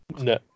No